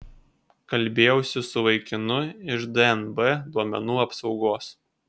kalbėjausi su vaikinu iš dnb duomenų apsaugos